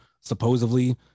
supposedly